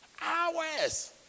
hours